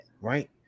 right